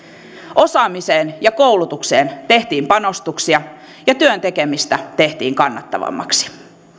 osaamiseen ja koulutukseen tehtiin panostuksia ja työn tekemistä tehtiin kannattavammaksi